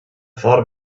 thought